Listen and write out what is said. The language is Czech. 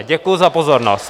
Děkuji za pozornost.